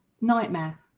nightmare